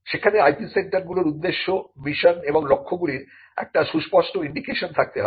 সেখানে IP centre গুলোর উদ্দেশ্য মিশন এবং লক্ষ্য গুলির একটি সুস্পষ্ট ইন্ডিকেশন থাকতে হবে